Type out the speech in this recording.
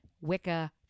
Wicca